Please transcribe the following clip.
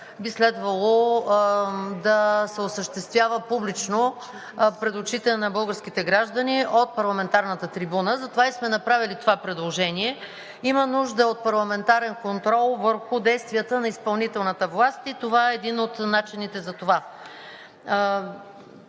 би следвало да се осъществява публично – пред очите на българските граждани от парламентарната трибуна. Затова и сме направили такова предложение. Има нужда от парламентарен контрол върху действията на изпълнителната власт и това е един от начините. Освен